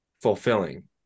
fulfilling